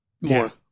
more